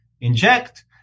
inject